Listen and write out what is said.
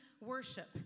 worship